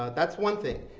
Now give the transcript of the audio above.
that's one thing.